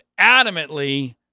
adamantly